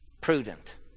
prudent